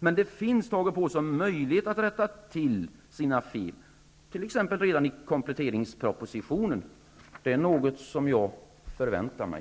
Men det finns, Tage Pålsson, möjlighet att rätta till sina fel, t.ex. redan i kompletteringspropositionen. Det är något som jag förväntar mig.